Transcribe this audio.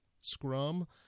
scrum